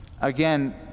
Again